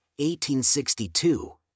1862